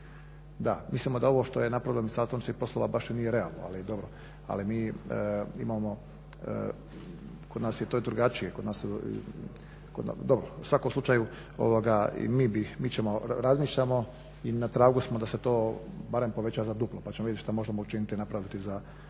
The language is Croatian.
Mislimo da ovo što je napravilo MUP baš i nije realno. Ali dobro, ali mi imamo, kod nas je to i drugačije, dobro. U svakom slučaju i mi bi, mi ćemo, razmišljamo i na tragu smo da se to barem poveća za duplo. Pa ćemo vidjeti šta možemo učiniti, napraviti za